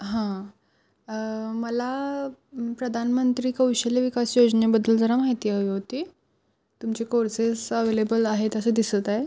हां मला प्रधानमंत्री कौशल्य विकास योजनेबद्दल जरा माहिती हवी होती तुमचे कोर्सेस अवेलेबल आहे तर असं दिसत आहे